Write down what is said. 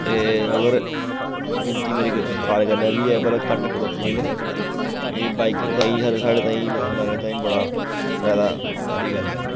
ते अगर विनती मेरी सरकार कन्नै बी ऐ भला घट्ट करो तेल एह् बाइकर ताईं साढ़े ताईं मोटरसैकल आह्लें ताईं बड़ा फायदा आह्ली गल्ल ऐ